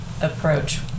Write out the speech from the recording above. approach